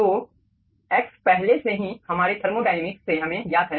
तो x पहले से ही हमारे थर्मोडायनामिक्स से हमें ज्ञात है